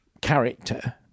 character